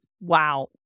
wow